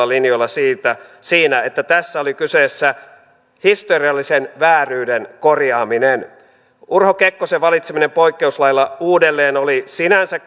linjoilla siinä että tässä oli kyseessä historiallisen vääryyden korjaaminen urho kekkosen valitseminen poikkeuslailla uudelleen oli sinänsä